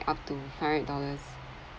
up to five hundred dollars